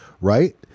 right